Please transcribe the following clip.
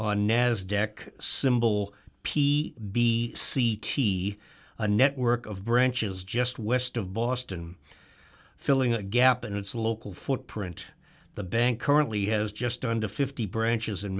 on nasdaq symbol p b c t a network of branches just west of boston filling a gap in its local footprint the bank currently has just under fifty branches in